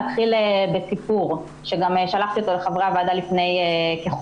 אני רוצה להתחיל בסיפור ששלחתי גם לחברי הוועדה לפני כחודש.